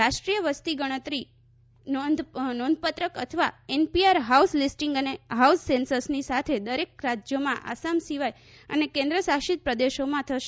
રાષ્ટ્રીય વસ્તી નોંધણી પત્રક અથવા એનપીઆર હાઉસ લિસ્ટિંગ અને હાઉસ સેન્સસની સાથે દરેક રાજ્યોમાં આસામ સિવાય અને કેન્દ્ર શાસિત પ્રદેશોમાં થશે